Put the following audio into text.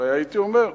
הרי הייתי אומר.